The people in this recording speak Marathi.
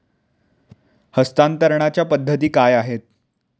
हस्तांतरणाच्या पद्धती काय आहेत?